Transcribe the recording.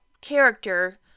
character